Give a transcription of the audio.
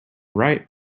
ripe